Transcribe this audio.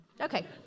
Okay